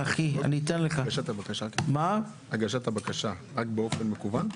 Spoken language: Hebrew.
--- הגשת הבקשה היא רק באופן מקוון?